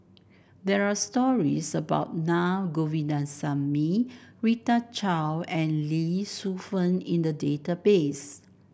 there are stories about Na Govindasamy Rita Chao and Lee Shu Fen in the database